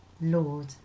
Lord